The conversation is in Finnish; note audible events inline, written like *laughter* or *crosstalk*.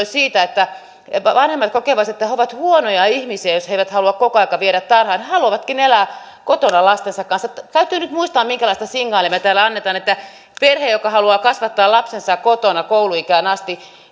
*unintelligible* siitä että vanhemmat kokevat että he ovat huonoja ihmisiä jos he eivät halua koko aikaa viedä tarhaan vaan haluavatkin elää kotona lastensa kanssa täytyy nyt muistaa minkälaista signaalia me täällä annamme että perhe joka haluaa kasvattaa lapsensa kotona koulu ikään asti